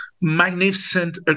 magnificent